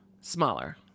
Smaller